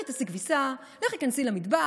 אני רוצה, הלכה למעשה,